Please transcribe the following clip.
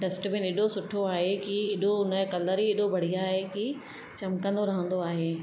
dustbin एॾो सुठो आहे की एॾो उन जो कलर ई एडो बढ़िया आए कि चिमकंदो रहंदो आहे